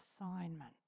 assignment